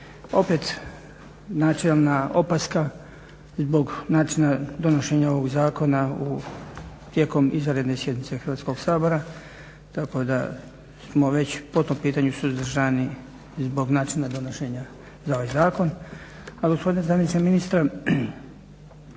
Opet načelna opaska zbog načina donošenja ovog zakona tijekom izvanredne sjednice Hrvatskog sabora tako da smo već po tom pitanju suzdržani zbog načina donošenja za ovaj zakon.